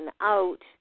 out